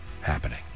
happening